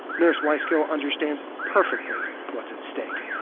nurse wyskiel understands perfectly what's at stake.